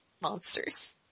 Monsters